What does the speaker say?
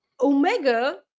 Omega